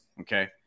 okay